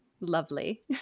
lovely